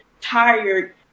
tired